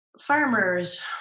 farmers